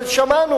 אבל שמענו